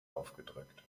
aufgedrückt